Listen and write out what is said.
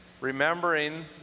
remembering